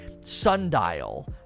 Sundial